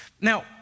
Now